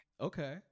Okay